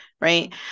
Right